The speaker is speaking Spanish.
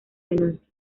denuncia